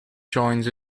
joins